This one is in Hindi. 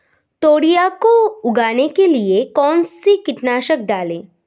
तोरियां को उगाने के लिये कौन सी कीटनाशक डालें?